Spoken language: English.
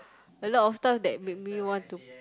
a lot of stuff that make me want to